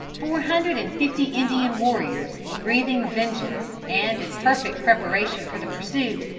four hundred and fifty indian warriors, breathing vengeance, and in perfect preparation for the pursuit,